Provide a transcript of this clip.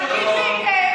תגיד לי,